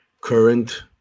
current